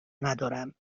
ندارم